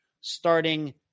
starting